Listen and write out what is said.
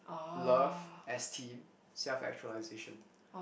love esteem self-actualization